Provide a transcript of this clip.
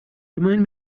remind